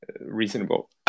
reasonable